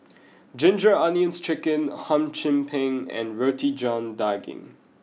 Ginger Onions Chicken hum chim peng and roti john daging